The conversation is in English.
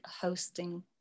hosting